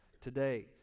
today